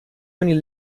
only